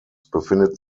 befindet